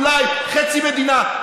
אולי חצי מדינה,